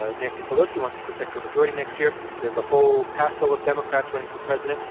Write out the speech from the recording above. ah nancy pelosi, wants to protect her majority next year. there's a whole passel of democrats running for president.